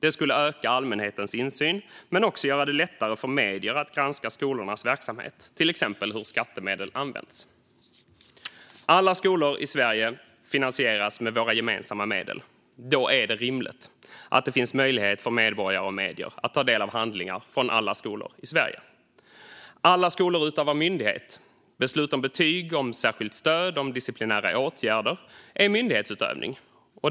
Det skulle öka allmänhetens insyn men också göra det lättare för medier att granska skolornas verksamhet och till exempel hur skattemedel används. Alla skolor i Sverige finansieras med våra gemensamma medel. Då är det rimligt att det finns möjlighet för medborgare och medier att ta del av handlingar från alla skolor. Alla skolor utövar myndighet. Beslut om betyg, om särskilt stöd och om disciplinära åtgärder är myndighetsutövning.